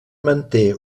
manté